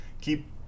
keep